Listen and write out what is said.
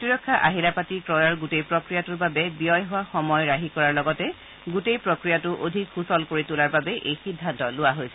প্ৰতিৰক্ষা আহিলাপাতি ক্ৰয়ৰ গোটেই প্ৰক্ৰিয়াটোৰ বাবে ব্যয় হোৱা সময় ৰাহি কৰা কৰাৰ লগতে গোটেই প্ৰক্ৰিয়াটো অধিক সুচল কৰি তোলাৰ বাবে এই সিদ্ধান্ত লোৱা হৈছে